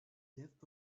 lift